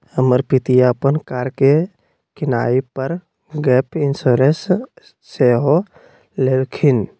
हमर पितिया अप्पन कार के किनाइ पर गैप इंश्योरेंस सेहो लेलखिन्ह्